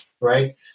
right